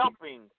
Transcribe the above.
helping